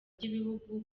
ry’ibihugu